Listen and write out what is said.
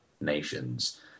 nations